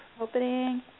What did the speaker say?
Opening